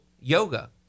yoga